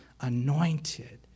anointed